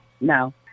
No